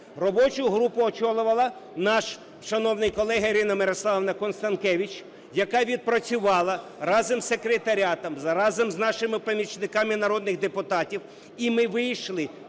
Робочу групу очолювала наша шановна колега Ірина Мирославівна Констанкевич, яка відпрацювала разом з секретаріатом, разом з нашими помічниками наших народних депутатів, і ми вийшли,